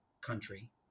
country